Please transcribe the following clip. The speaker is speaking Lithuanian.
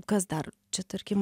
kas dar čia tarkim